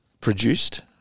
produced